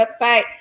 website